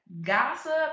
gossip